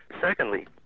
Secondly